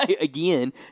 again